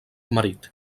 marit